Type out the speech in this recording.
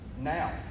Now